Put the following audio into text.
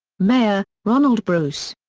meyer, ronald bruce.